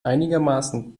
einigermaßen